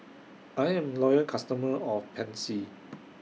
I'm A Loyal customer of Pansy